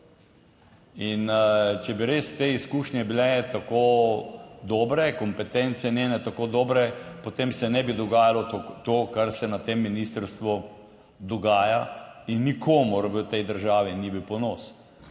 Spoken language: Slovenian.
in če bi res te izkušnje bile tako dobre, kompetence njene tako dobre, potem se ne bi dogajalo to, kar se na tem ministrstvu dogaja. In nikomur v tej državi ni v ponos.